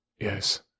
Yes